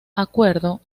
acuerdo